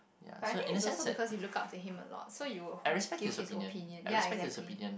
but I think it is also because you look up to him a lot so you would wh~ give his opinion ya exactly